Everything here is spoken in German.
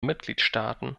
mitgliedstaaten